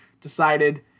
decided